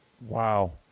Wow